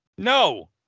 no